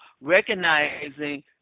recognizing